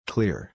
Clear